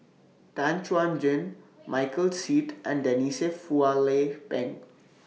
Tan Chuan Jin Michael Seet and Denise Phua Lay Peng